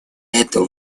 это